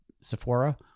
Sephora